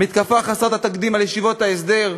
המתקפה חסרת התקדים על ישיבות ההסדר,